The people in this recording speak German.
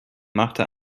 machte